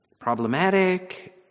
problematic